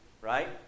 right